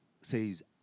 says